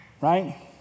right